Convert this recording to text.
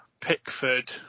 Pickford